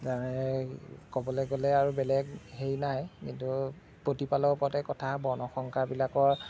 ক'বলৈ গ'লে আৰু বেলেগ হেৰি নাই কিন্তু প্ৰতিপালৰ ওপৰতেই কথা বৰ্ণ সংকাৰ বিলাকৰ